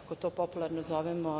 kako to popularno zovemo